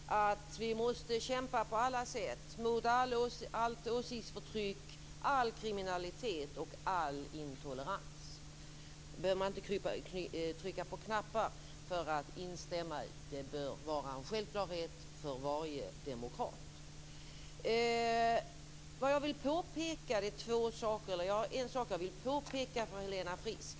Herr talman! Helena Frisk sade med all rätt att vi måste kämpa på alla sätt mot allt åsiktsförtryck, all kriminalitet och all intolerans. Det behöver man inte trycka på knappar för att instämma i. Det bör vara en självklarhet för varje demokrat. Det är en sak jag vill påpeka för Helena Frisk.